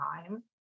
time